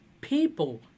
people